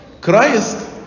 Christ